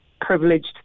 privileged